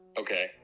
Okay